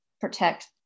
protect